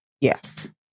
yes